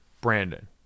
Brandon